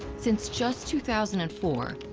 since just two thousand and four,